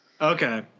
Okay